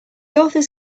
authors